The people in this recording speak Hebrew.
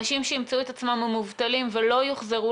אנשים שימצאו את עצמם מובטלים ולא יוחזרו